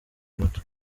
muto